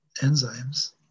enzymes